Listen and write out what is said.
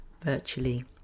virtually